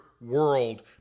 world